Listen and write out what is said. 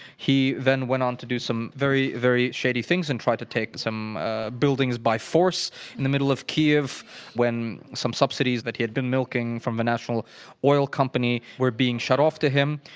he then went on to do some very, very shady things, and tried to take some buildings by force in the middle of kyiv when some subsidies that he had been milking from the national oil company were being shut off to him.